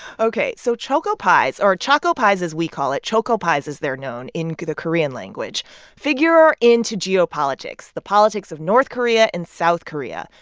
ok. so choco pies, or choco pies, as we call it choco pies as they're known in the korean language figure into geopolitics, the politics of north korea and south korea,